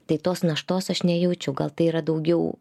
tai tos naštos aš nejaučiu gal tai yra daugiau